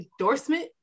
endorsement